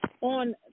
on